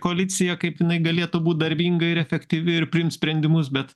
koaliciją kaip jinai galėtų būt darbinga ir efektyvi ir priimt sprendimus bet